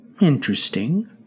Interesting